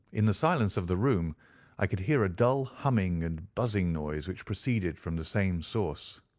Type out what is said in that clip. in the silence of the room i could hear a dull humming and buzzing noise which proceeded from the same source.